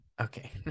okay